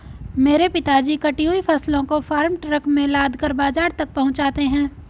मेरे पिताजी कटी हुई फसलों को फार्म ट्रक में लादकर बाजार तक पहुंचाते हैं